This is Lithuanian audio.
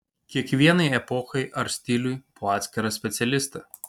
kiekvienai epochai ar stiliui po atskirą specialistą